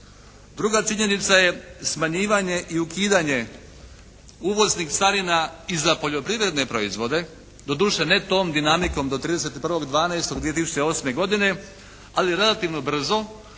Druga činjenica je smanjivanje i ukidanje uvoznih carina i za poljoprivredne proizvode. Doduše ne tom dinamikom do 31.12.2008. godine ali relativno brzo